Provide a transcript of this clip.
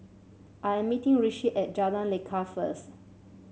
I'm meeting Rishi at Jalan Lekar first